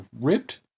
ripped